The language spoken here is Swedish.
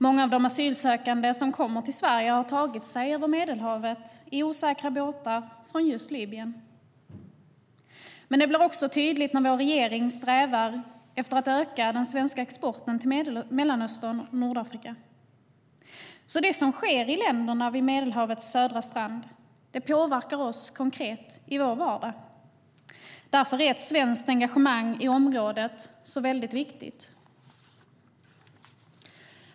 Många av de asylsökande som kommer till Sverige har tagit sig över Medelhavet i osäkra båtar från just Libyen. Men det blir också tydligt när vår regering strävar efter att öka den svenska exporten till Mellanöstern och Nordafrika. Det som sker i länderna vid Medelhavets södra strand påverkar oss konkret i vardagen. Därför är ett svenskt engagemang i området väldigt viktigt.